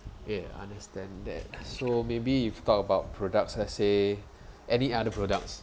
ya understand that so maybe if you talk about products let's say any other products